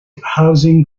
housing